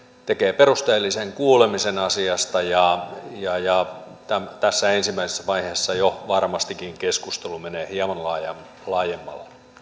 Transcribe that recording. tekee perusteellisen kuulemisen asiasta ja ja tässä ensimmäisessä vaiheessa jo varmastikin keskustelu menee hieman laajemmalle